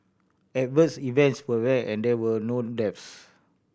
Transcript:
adverse events were rare and there were no deaths